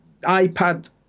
iPad